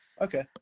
Okay